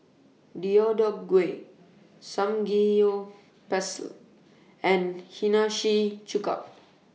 Deodeok Gui Samgyeopsal and Hiyashi Chuka